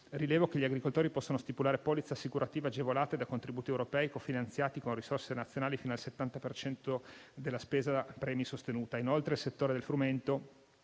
Rilevo che gli agricoltori possono stipulare polizze assicurative agevolate da contributi europei, cofinanziati con risorse nazionali fino al 70 per cento della spesa premi sostenuta. Inoltre, per il settore del frumento